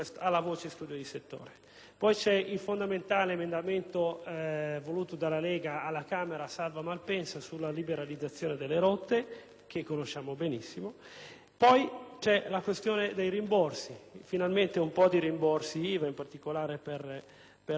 Poi c'è il fondamentale emendamento - voluto dalla Lega alla Camera - salva Malpensa sulla liberalizzazione delle rotte, che conosciamo benissimo. Vi è quindi la questione dei rimborsi (finalmente un po' di rimborsi IVA, in particolare per le auto aziendali);